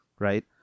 Right